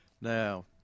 Now